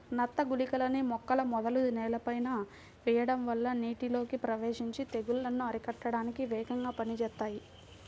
నత్త గుళికలని మొక్కల మొదలు నేలపైన వెయ్యడం వల్ల నీటిలోకి ప్రవేశించి తెగుల్లను అరికట్టడానికి వేగంగా పనిజేత్తాయి